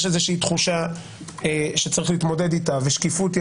יש איזו תחושה שצריך להתמודד איתה ושקיפות היא